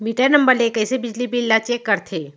Metre number ले कइसे बिजली बिल ल चेक करथे?